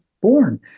born